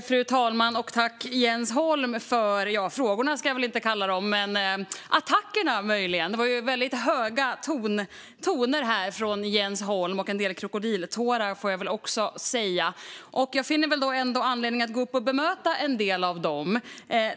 Fru talman! Tack, Jens Holm, för det jag kanske inte ska kalla frågor utan möjligen attacker! Det var väldigt höga toner här från Jens Holm - och en del krokodiltårar, får jag väl också säga. Jag finner ändå anledning att gå upp och bemöta en del av dem.